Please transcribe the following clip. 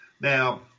Now